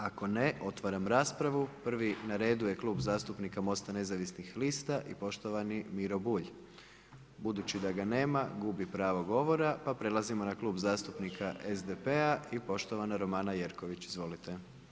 Ako ne, otvaram raspravu, prvi na redu je Klub zastupnika MOST-a nezavisnih lista i poštovani Miro Bulj, budući da ga nema gubi pravo govora pa prelazimo na Klub zastupnika SDP-a i poštovana Romana Jerković, izvolite.